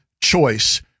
choice